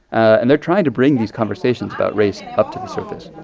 and they're trying to bring these conversations about race up to the surface